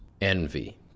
envy